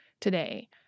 today